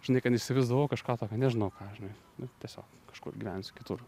žinai kad įsivaizdavau kažką tokio nežinau ką žinai nu tiesiog kažkur gyvensiu kitur